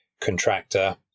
contractor